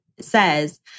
says